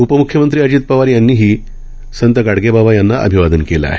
उपमुख्यमंत्री अजित पवार यांनीही संत गाडगेबाबा यांना अभिवादन केलं आहे